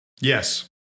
yes